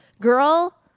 girl